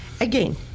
Again